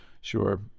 Sure